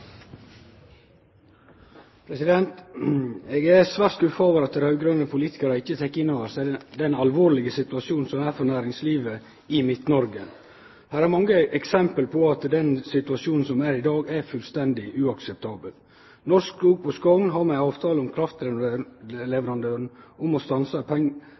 Eg er svært skuffa over at raud-grøne politikarar ikkje tek inn over seg den alvorlege situasjonen som er for næringslivet i Midt-Noreg. Det finst mange eksempel på at den situasjonen som er i dag, er fullstendig uakseptabel. Norske Skog på Skogn har ei avtale med kraftleverandøren om